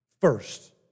First